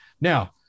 Now